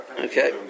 Okay